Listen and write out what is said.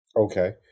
okay